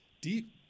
deep